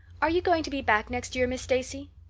are you going to be back next year, miss stacy?